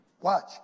Watch